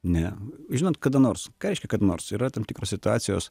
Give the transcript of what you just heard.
ne žinot kada nors ką reiškia kada nors yra tam tikros situacijos